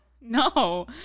no